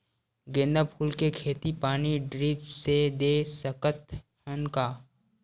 गेंदा फूल के खेती पानी ड्रिप से दे सकथ का?